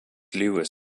lygos